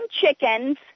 chickens